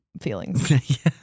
feelings